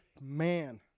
man